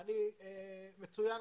מצוין.